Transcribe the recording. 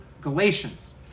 Galatians